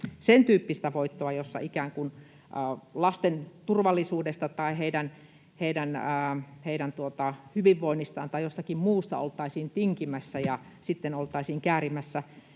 tehdä voittoa siten, että lasten turvallisuudesta tai heidän hyvinvoinnistaan tai jostakin muusta oltaisiin tinkimässä, ja sitten oltaisiin käärimässä